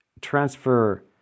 transfer